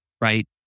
right